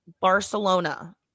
Barcelona